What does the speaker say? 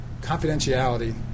confidentiality